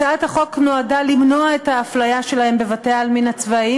הצעת החוק נועדה למנוע את האפליה שלהם בבתי-העלמין הצבאיים